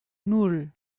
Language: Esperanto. nul